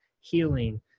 healing